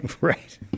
right